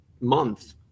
month